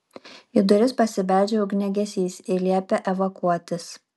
į duris pasibeldžia ugniagesys ir liepia evakuotis